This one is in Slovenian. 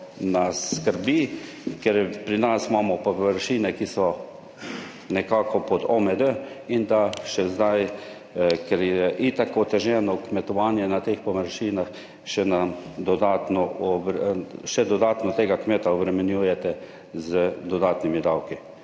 nas skrbi, ker pri nas imamo površine, ki so nekako pod OMD in da še zdaj, ker je itak oteženo kmetovanje na teh površinah še dodatno tega kmeta obremenjujete z dodatnimi davki.